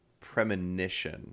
premonition